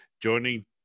Joining